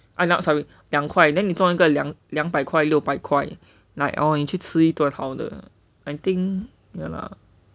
I ah sorry 两快 then 你中一个两两百块六百块 like oh 去吃一顿好的 I think ya lah